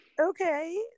okay